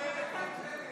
יאיר גולן הצביע